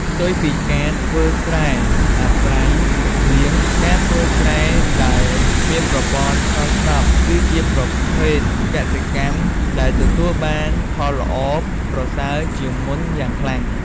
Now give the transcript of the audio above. ផ្ទុយពីការធ្វើស្រែអាស្រ័យទឹកភ្លៀង ការធ្វើស្រែដែលមានប្រព័ន្ធស្រោចស្រព គឺជាប្រភេទកសិកម្មដែលទទួលបានផលល្អប្រសើរជាងមុនយ៉ាងខ្លាំង។